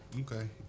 Okay